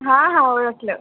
हां हां ओळखलं